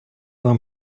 вам